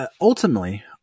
Ultimately